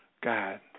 God